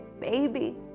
baby